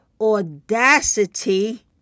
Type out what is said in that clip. audacity